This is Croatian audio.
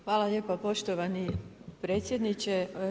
Hvala lijepa poštovani predsjedniče.